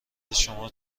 شما